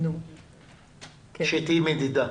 כשתהיי מדידה,